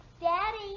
Daddy